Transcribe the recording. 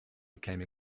became